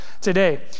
today